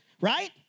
right